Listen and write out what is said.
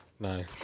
No